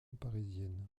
parisienne